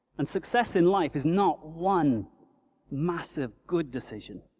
and success in life is not one massive good decision,